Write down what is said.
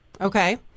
okay